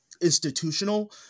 institutional –